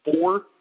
Four